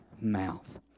mouth